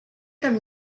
comme